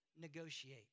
negotiate